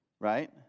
right